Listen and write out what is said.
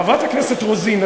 חברת הכנסת רוזין,